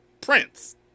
Prince